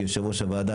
כיושב-ראש הוועדה,